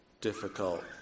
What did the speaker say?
difficult